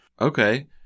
Okay